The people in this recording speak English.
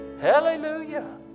Hallelujah